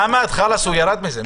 חמד חאלס, הוא ירד מזה.